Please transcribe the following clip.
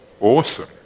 Awesome